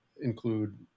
include